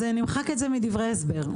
אז נמחק את זה מדברי ההסבר.